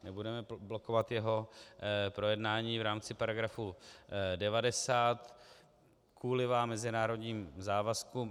Nebudeme blokovat jeho projednání v rámci § 90 kvůlivá mezinárodním závazkům.